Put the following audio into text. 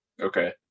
Okay